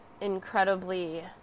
incredibly